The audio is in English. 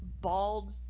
bald